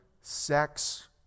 sex